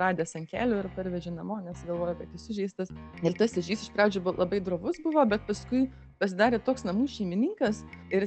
radęs ant kelio ir parvežė namo nes galvojo kad jis sužeistas ir tas ežys iš pradžių buvo labai drovus buvo bet paskui pasidarė toks namų šeimininkas ir